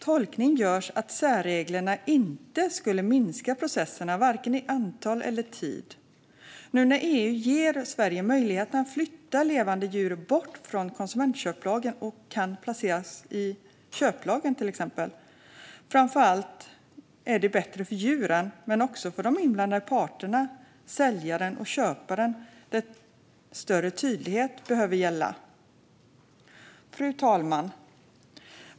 Tolkning gör att särregleringen inte skulle minska processerna vare sig i antal eller i tid. EU ger nu Sverige möjligheten att flytta levande djur bort från konsumentköplagen och placera dem i till exempel köplagen. Det är bättre framför allt för djuren men också för de inblandade parterna i köpet, där större tydlighet behöver gälla. Fru talman!